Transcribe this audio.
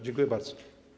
Dziękuję bardzo.